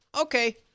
Okay